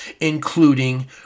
including